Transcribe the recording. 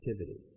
activity